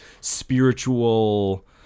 spiritual